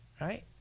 right